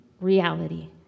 reality